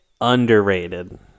underrated